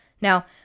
Now